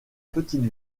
petite